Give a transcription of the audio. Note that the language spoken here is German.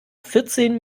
vierzehn